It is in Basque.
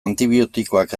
antibiotikoak